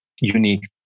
unique